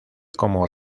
como